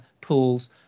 pools